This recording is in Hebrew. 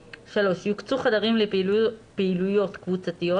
(3) יוקצו חדרים לפעילויות קבוצתיות,